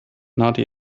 naughty